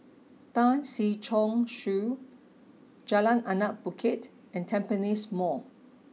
Tan Si Chong Su Jalan Anak Bukit and Tampines Mall